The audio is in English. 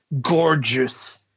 gorgeous